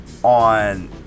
On